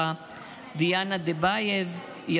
דיאנה דדבייב ז"ל,